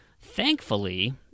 thankfully